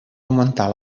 augmentar